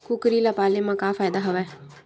कुकरी ल पाले म का फ़ायदा हवय?